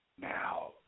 now